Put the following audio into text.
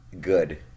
good